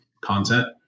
content